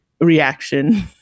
reaction